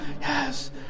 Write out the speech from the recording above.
yes